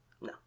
No